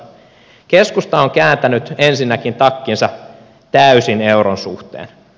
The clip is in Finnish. keskusta on kääntänyt ensinnäkin takkinsa täysin euron suhteen